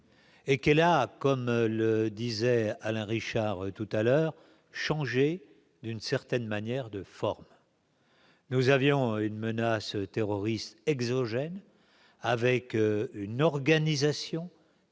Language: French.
et qu'elle a comme le disait Alain Richard tout à l'heure, changer d'une certaine manière, de forme. Nous avions une menace terroriste exogène, avec une organisation qui